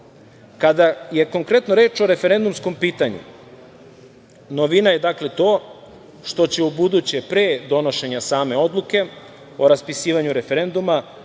je konkretno reč o referendumskom pitanju, novina je to što će u ubuduće pre donošenja same odluke o raspisivanju referenduma